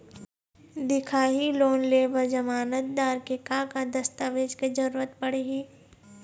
दिखाही लोन ले बर जमानतदार के का का दस्तावेज के जरूरत पड़ही?